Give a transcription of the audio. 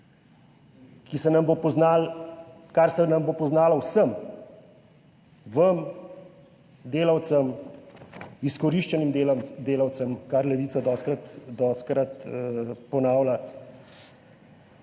kar se nam bo poznalo vsem, vam, delavcem, izkoriščanim delavcem, kar Levica dostikrat, dostikrat